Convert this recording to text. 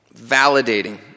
Validating